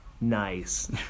Nice